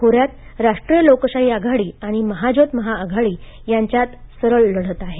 खोऱ्यांत राष्ट्रीय लोकशाही आघाडी आणि महाजोत महाआघाडी यांच्यात सरळ लढत आहे